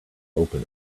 open